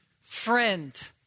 friend